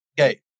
Okay